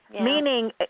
meaning